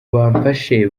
bamfashe